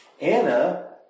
Anna